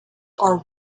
are